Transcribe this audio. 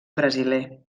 brasiler